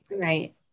right